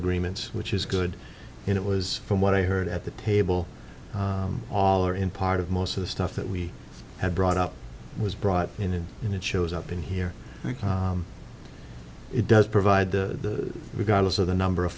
agreements which is good and it was from what i heard at the table all or in part of most of the stuff that we had brought up was brought in and it shows up in here it does provide the regardless of the number of